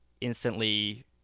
instantly